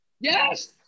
yes